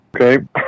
Okay